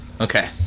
Okay